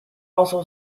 also